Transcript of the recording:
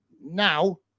Now